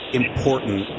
important